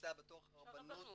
שנמצא בתוך הרבנות